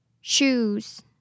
Shoes